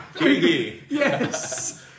Yes